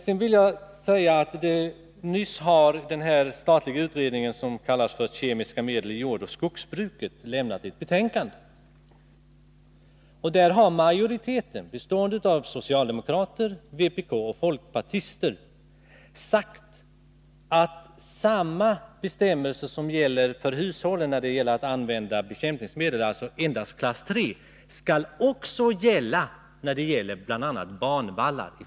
Sedan vill jag säga att den statliga utredningen, som kallas för kommittén om användningen av kemiska medel i jordoch skogsbruket m.m., nyligen lämnat ett betänkande. Där har majoriteten, bestående av socialdemokrater, vpk-are och folkpartister, sagt att samma bestämmelser som gäller för hushållen i fråga om användande av bekämpningsmedel — alltså endast klass 3 -—-i fortsättningen skall gälla även i fråga om banvallar.